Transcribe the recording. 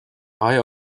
eye